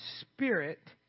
spirit